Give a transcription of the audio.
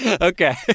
Okay